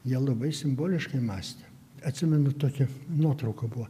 jie labai simboliškai mąstė atsimenu tokia nuotrauka buvo